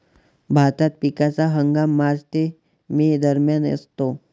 भारतात पिकाचा हंगाम मार्च ते मे दरम्यान असतो